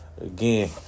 Again